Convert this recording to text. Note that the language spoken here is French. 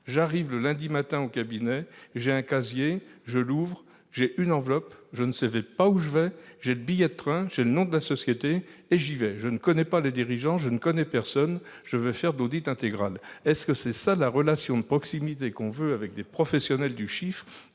J'arrive le lundi matin au cabinet, j'ai un casier, je l'ouvre, je trouve une enveloppe, je ne sais pas où je vais, il y a un billet de train, le nom de la société et j'y vais, je ne connais pas les dirigeants, je ne connais personne, je vais faire de l'audit intégral. » Est-ce cela la relation de proximité que l'on veut entre les professionnels du chiffre